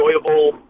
enjoyable